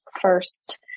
first